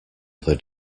other